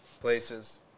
places